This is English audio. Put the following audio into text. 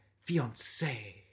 fiance